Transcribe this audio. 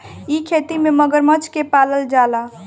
इ खेती में मगरमच्छ के पालल जाला